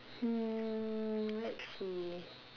hmm let's see